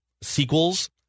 sequels